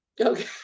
Okay